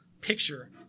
picture